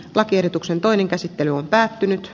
lakiehdotuksen toinen käsittely on päättynyt